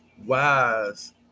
wise